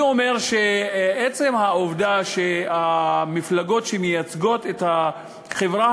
אני אומר שעצם העובדה שהמפלגות שמייצגות את החברה